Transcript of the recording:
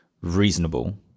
reasonable